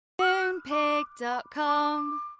Moonpig.com